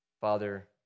Father